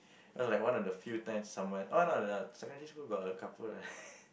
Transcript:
no like one of the few time someone oh no lah secondary school got a couple